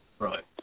Right